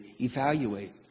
evaluate